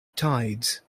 tides